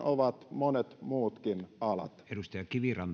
ovat monet muutkin alat arvoisa